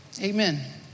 Amen